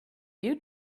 you